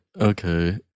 Okay